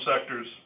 sectors